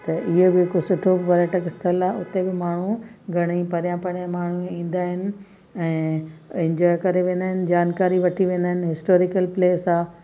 त इहो बि हिकु सुठो पर्यटक स्थल बि उते बि माण्हू घणेई परियां परियां माण्हू ईंदा आहिनि ऐं इंजॉय करे वेंदा आहिनि जानकारी वठी वेंदा आहिनि हिस्टोरिकल प्लेस आहे